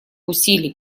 усилий